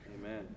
Amen